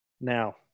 Now